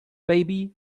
baby